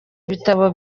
ibitabo